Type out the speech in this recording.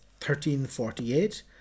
1348